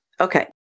Okay